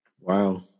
Wow